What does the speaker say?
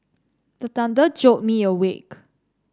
the thunder jolt me awake